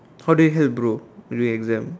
how they help bro during exam